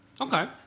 Okay